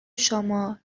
شما